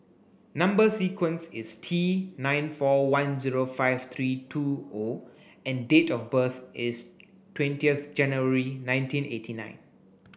number sequence is T nine four one zero five three two O and date of birth is twentieth January nineteen eighty nine